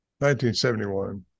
1971